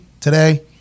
today